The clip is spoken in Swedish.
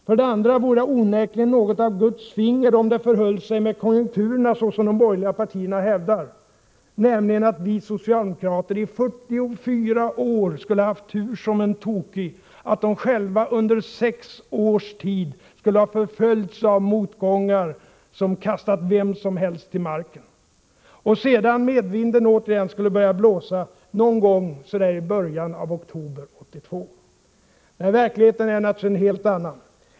För det andra vore det onekligen något av Guds finger om det förhöll sig med konjunkturerna så som de borgerliga partierna hävdar, nämligen att vi socialdemokrater i 44 år skulle ha haft tur som en tokig, att de själva under 6 års tid skulle ha förföljts av motgångar som kastat vem som helst till marken — och att sedan medvinden återigen skulle ha börjat blåsa någon gång i början av oktober 1982. Nej, verkligheten är naturligtvis en helt annan.